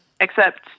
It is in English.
Except-